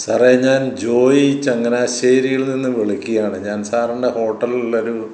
സാറേ ഞാൻ ജോയി ചങ്ങനാശ്ശേരിയിൽ നിന്ന് വിളിക്കുകയാണ് ഞാൻ സാറിൻ്റെ ഹോട്ടലിൽ ഒരു